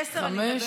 חמש?